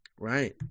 Right